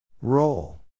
Roll